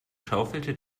schaufelte